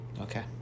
Okay